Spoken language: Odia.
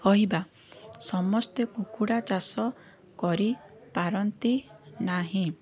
କହିବା ସମସ୍ତେ କୁକୁଡ଼ା ଚାଷ କରିପାରନ୍ତିନାହିଁ